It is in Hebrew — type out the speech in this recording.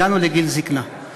הגענו לגיל זיקנה.